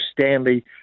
Stanley